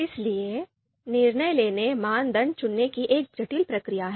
इसलिए निर्णय लेना मानदंड चुनने की एक जटिल प्रक्रिया है